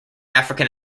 african